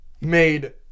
made